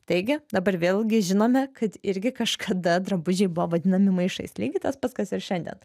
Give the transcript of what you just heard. taigi dabar vėlgi žinome kad irgi kažkada drabužiai buvo vadinami maišais lygiai tas pats kas ir šiandien